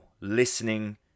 Listening